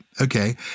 okay